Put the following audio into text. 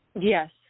Yes